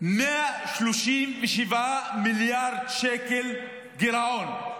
137 מיליארד שקל גירעון.